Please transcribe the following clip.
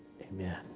Amen